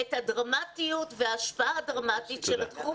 את הדרמטיות ואת ההשפעה הדרמטית של התחום